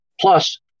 Plus